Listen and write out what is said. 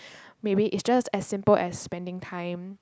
maybe it's just as simple as spending time